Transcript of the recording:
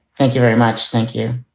thank you very much. thank you.